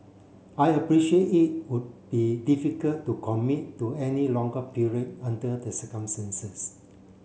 I appreciate it would be difficult to commit to any longer period under the circumstances